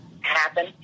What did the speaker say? happen